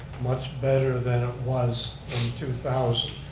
much better than it was two thousand.